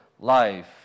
life